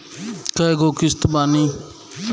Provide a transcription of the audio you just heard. कय गो किस्त बानी?